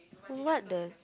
who what the